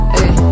Hey